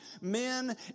Men